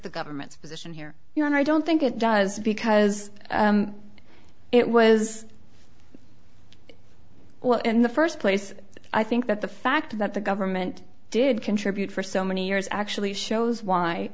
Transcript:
the government's position here you know and i don't think it does because it was well in the first place i think that the fact that the government did contribute for so many years actually shows